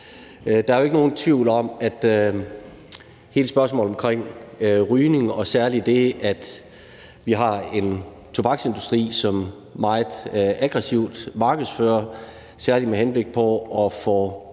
Der er ikke nogen tvivl om, at hele spørgsmålet om rygning og særlig det, at vi har en tobaksindustri, som meget aggressivt markedsfører, særlig med henblik på at få især